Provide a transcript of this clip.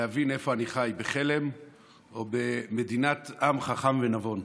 להבין איפה אני חי, בחלם או במדינת עם חכם ונבון.